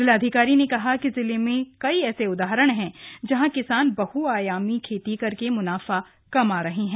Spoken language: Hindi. जिलाधिकारी ने कहा कि जिले में कई ऐसे उदाहरण है जहाँ किसान बहुआयामी खेती करके मुनाफा कमा रहे है